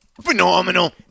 Phenomenal